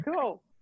cool